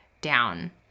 down